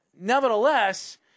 nevertheless